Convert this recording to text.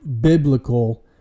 biblical